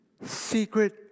secret